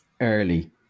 early